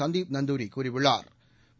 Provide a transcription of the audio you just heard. சந்தீப் நந்துரி கூறியுள்ளா்